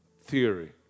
theory